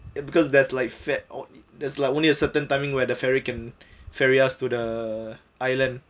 it because there's like fer~ on there's only a certain timing where the ferry can ferry us to the island